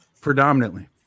predominantly